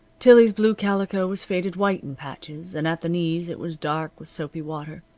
tillie's blue calico was faded white in patches and at the knees it was dark with soapy water.